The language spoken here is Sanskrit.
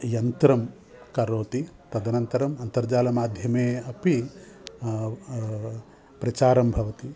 यन्त्रं करोति तदनन्तरम् अन्तर्जालमाध्यमे अपि प्रचारः भवति